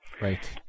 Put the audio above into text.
Right